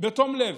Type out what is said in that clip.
בתום לב,